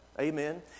amen